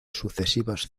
sucesivas